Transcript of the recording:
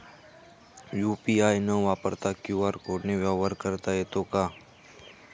UPI न वापरता QR कोडने व्यवहार करता येतो का?